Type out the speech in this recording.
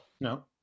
No